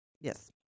Yes